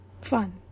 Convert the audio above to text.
fun